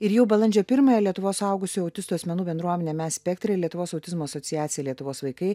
ir jau balandžio pirmąją lietuvos suaugusių autistų asmenų bendruomenė mes spektre lietuvos autizmo asociacija lietuvos vaikai